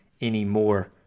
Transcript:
anymore